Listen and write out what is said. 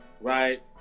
right